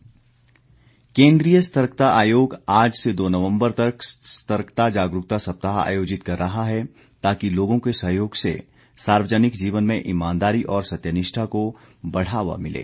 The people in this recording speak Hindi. जागरूकता सप्तााह केन्द्रीय सतर्कता आयोग आज से दो नवम्बर तक सतर्कता जागरूकता सप्तााह आयोजित कर रहा है ताकि लोगों के सहयोग से सार्वजनिक जीवन में ईमानदारी और सत्य निष्ठा को बढ़ावा मिले